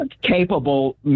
capable